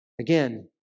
Again